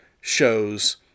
shows